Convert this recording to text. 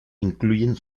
incluyen